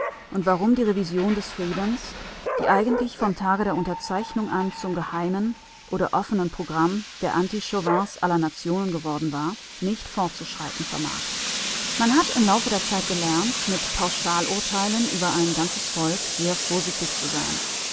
und warum die revision des friedens die eigentlich vom tage der unterzeichnung an zum geheimen oder offenen programm der anti-chauvins aller nationen geworden war nicht fortzuschreiten vermag man hat im laufe der zeit gelernt mit pauschalurteilen über ein ganzes volk sehr vorsichtig zu sein